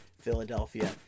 Philadelphia